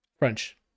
French